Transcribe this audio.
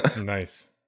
nice